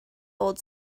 old